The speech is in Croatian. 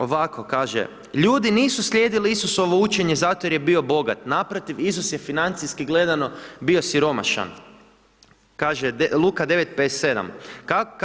Ovako kaže: „Ljudi nisu slijedili Isusovo učenje zato jer je bio bogat, naprotiv, Isus je financijski gledano, bio siromašan.“ Kaže Luka 9.57.